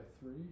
three